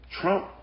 Trump